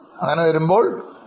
ഇപ്പോൾ 8